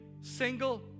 single